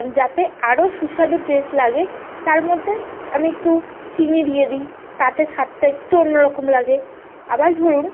যাতে আরও সুস্বাদু টেস্ট লাগে তার মধ্যে আমি একটু চিনি দিয়ে দিই তাতে স্বাদটা একটু অন্য রকম লাগে আবার ধরুন